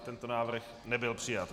Tento návrh nebyl přijat.